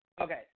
Okay